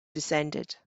descended